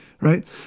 Right